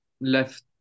left